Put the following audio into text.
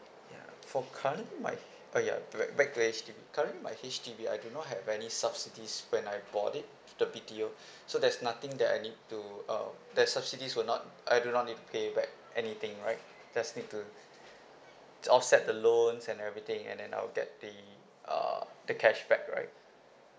ya for currently my uh ya ba~ back to H_D_B currently my H_D_B I do not have any subsidies when I bought it the B_T_O so there's nothing that I need to uh that subsidies will not I do not need to pay back anything right just need to offset the loans and everything and then I'll get the uh the cash back right